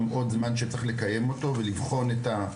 זמן מתאים שאני חושב שצריך לקיים אותו ולבחון את הסוגייה.